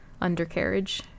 undercarriage